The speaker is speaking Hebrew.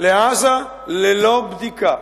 לעזה ללא בדיקה.